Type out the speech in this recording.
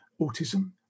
autism